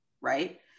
right